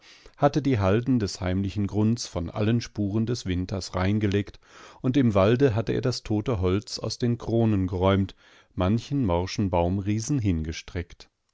hatte die halden des heimlichen grunds von allen spuren des winters reingeleckt und im walde hatte er das tote holz aus den kronen geräumt manchen morschen baumriesen hingestreckt